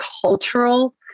cultural